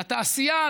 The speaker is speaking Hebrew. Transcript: לתעשייה,